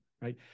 right